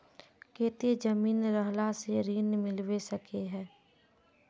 केते जमीन रहला से ऋण मिलबे सके है?